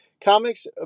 comics